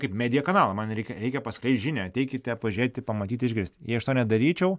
kaip media kanalą man reikia reikia paskleist žinią ateikite pažiūrėti pamatyti išgirsti jei aš to nedaryčiau